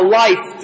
life